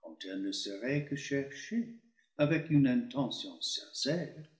quand elle ne serait que cherchée avec une intention sincère